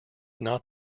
not